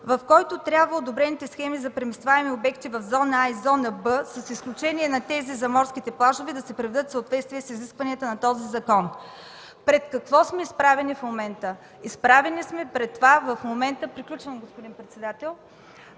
в който трябва одобрените схеми за преносваеми обекти в зона „А” и зона „Б”, с изключение на тези за морските плажове, да се приведат в съответствие с изискванията на този закон. Пред какво сме изправени в момента? Уважаеми дами и господа, в момента сме изправени пред това